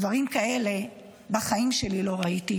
דברים כאלה בחיים שלי לא ראיתי,